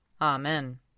Amen